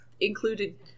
included